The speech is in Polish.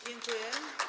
Dziękuję.